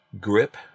grip